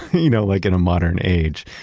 you know, like in a modern age.